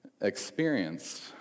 experienced